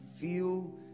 feel